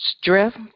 strength